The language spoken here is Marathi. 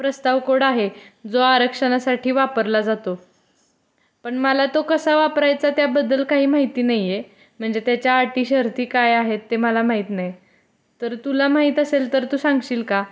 प्रस्ताव कोड आहे जो आरक्षणासाठी वापरला जातो पण मला तो कसा वापरायचा त्याबद्दल काही माहिती नाही आहे म्हणजे त्याच्या अटी शर्ती काय आहेत ते मला माहीत नाही तर तुला माहीत असेल तर तू सांगशील का